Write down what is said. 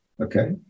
Okay